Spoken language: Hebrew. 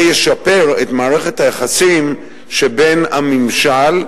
זה ישפר את מערכת היחסים שבין הממשל,